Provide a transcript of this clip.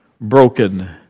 broken